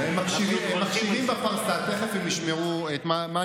אנחנו מברכים על זה.